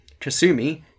Kasumi